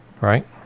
right